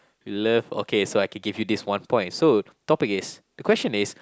you love okay so I can give you this one point so topic is the question is